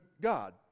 God